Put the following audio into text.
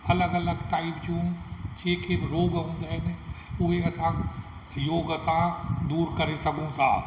अलॻि अलॻि टाईप जूं जेके बि रोॻ हुंदा आहिनि उहे असां योग सां दूरु करे सघूं था